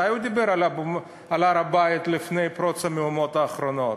מתי הוא דיבר על הר-הבית לפני פרוץ המהומות האחרונות?